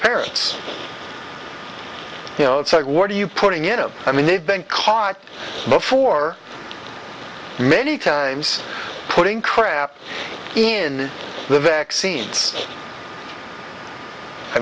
parents you know it's like what are you putting into i mean they've been caught before many times putting crap in the vaccines i